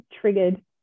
triggered